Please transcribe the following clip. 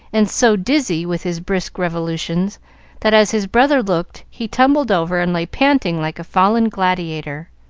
and so dizzy with his brisk revolutions that as his brother looked he tumbled over and lay panting like a fallen gladiator.